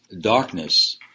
darkness